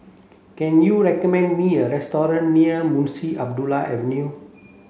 can you recommend me a restaurant near Munshi Abdullah Avenue